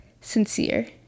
sincere